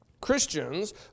Christians